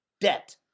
Debt